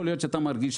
יכול להיות שאתה מרגיש,